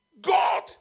God